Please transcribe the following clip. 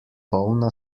polna